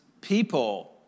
people